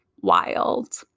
wild